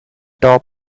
top